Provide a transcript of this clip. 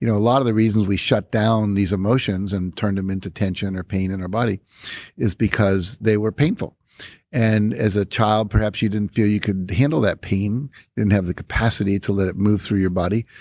you know a lot of the reasons we shut down these emotions and turn them into tension or pain in our body is because they were painful and as a child, perhaps you didn't feel you could handle that pain, you didn't have the capacity to let it move through your body,